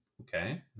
okay